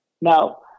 Now